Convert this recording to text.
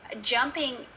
jumping